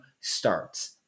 starts